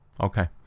okay